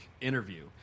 interview